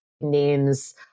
Names